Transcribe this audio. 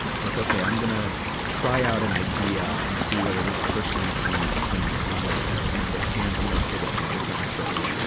it's like, okay i'm gonna try out an idea and see whether this person can, can run with it. and if they can't, i'm gonna pivot to different approach.